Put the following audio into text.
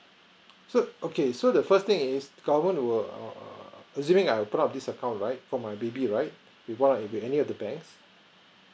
so okay so the first thing is government will err assuming I put up this account right for my baby right with one or any of the banks